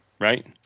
Right